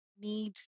need